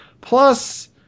Plus